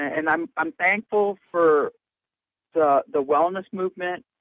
and i'm i'm thankful for the the wellness movement.